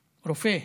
רופא,